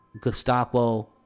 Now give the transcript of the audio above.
Gestapo